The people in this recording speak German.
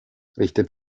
richtet